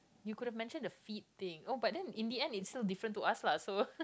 you could have mentioned the feet thing oh but then in the end it's still different to us lah so